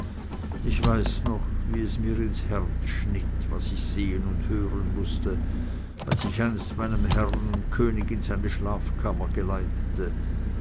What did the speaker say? ich weiß noch wie es mir ins herz schnitt was ich sehen und hören mußte als ich einst meinen herrn und könig in seine schlafkammer geleitete